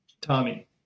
Tommy